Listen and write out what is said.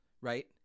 Right